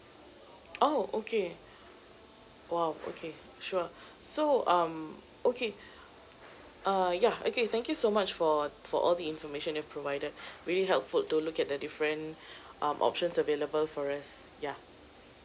oh okay !wow! okay sure so um okay uh yeah okay thank you so much for for all the information you've provided really helpful to look at the different um options available for us yeah